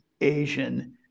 asian